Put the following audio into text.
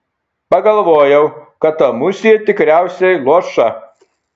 pagalvojau kad ta musė tikriausiai luoša